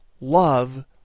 love